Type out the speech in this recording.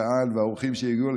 הקהל והאורחים שהגיעו,